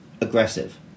aggressive